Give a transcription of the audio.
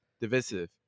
Divisive